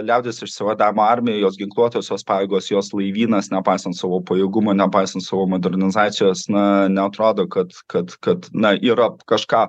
liaudies išsivadavimo armijai jos ginkluotosios pajėgos jos laivynas nepaisant savo pajėgumo nepaisant savo modernizacijos na neatrodo kad kad kad na yra kažką